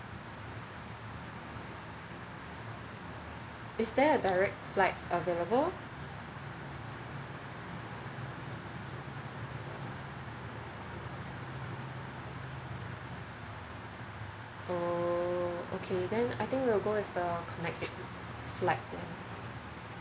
is there a direct flight available oh okay then I think we'll go with the connecting flight then